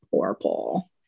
purple